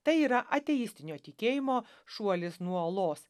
tai yra ateistinio tikėjimo šuolis nuo uolos